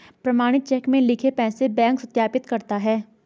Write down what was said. प्रमाणित चेक में लिखे पैसे बैंक सत्यापित करता है